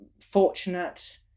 fortunate